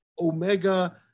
Omega